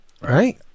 Right